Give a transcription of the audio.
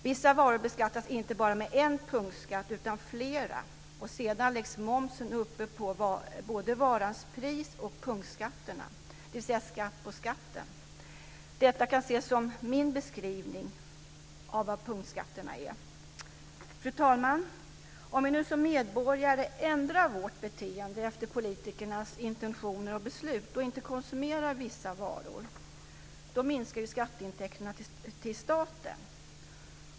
Vissa varor beskattas inte bara med en punktskatt utan med flera. Sedan läggs momsen ovanpå både varans pris och punktskatterna, dvs. skatt på skatten. Detta kan ses som min beskrivning av punktskatterna. Fru talman! Om vi nu som medborgare ändrar vårt beteende efter politikernas intentioner och beslut och inte konsumerar vissa varor minskar ju skatteintäkterna till staten.